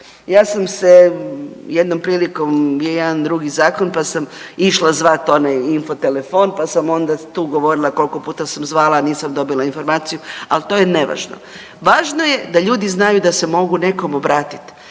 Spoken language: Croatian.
Ja sam se jednom prilikom je jedan drugi zakon pa sam išla zvati onaj info telefon pa sam onda tu govorila koliko puta sam zvala, a nisam dobila informaciju, ali to je nevažno. Važno je da ljudi znaju da se mogu nekom obratit,